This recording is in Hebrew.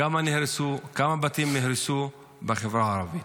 כמה בתים נהרסו בחברה הערבית.